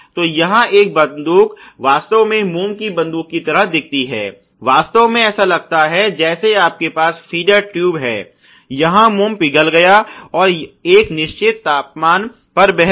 तो यह एक बंदूक वास्तव में मोम की बंदूक की तरह दिखती है वास्तव में ऐसा लगता है जैसे आपके पास फीडर ट्यूब है जहां मोम पिघल गया और एक निश्चित तापमान पर बह गया